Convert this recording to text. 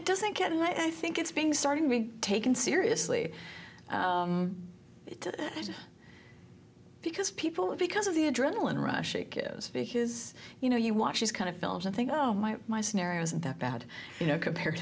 it doesn't get and i think it's being starting me taken seriously because people because of the adrenaline rush it is to his you know you watch these kind of films and think oh my my scenario isn't that bad you know compared